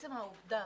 עצם העובדה